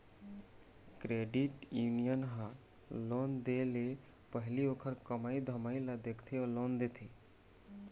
credit union ह loan दे ले पहिली ओखर कमई धमई ल देखके लोन देथे